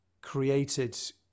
created